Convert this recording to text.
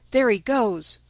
there he goes!